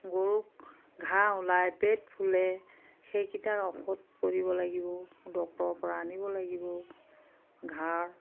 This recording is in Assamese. গৰুক ঘাঁহ ওলাই পেট ফুলে সেইকিটাৰ ঔষধ কৰিব লাগিব ডক্টৰৰ পৰা আনিব লাগিব ঘাঁৰ